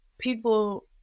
people